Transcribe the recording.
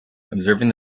observing